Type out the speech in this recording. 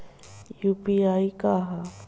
UPI का ह?